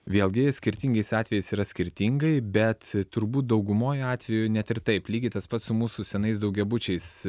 vėlgi skirtingais atvejais yra skirtingai bet turbūt daugumoj atvejų net ir taip lygiai tas pats su mūsų senais daugiabučiais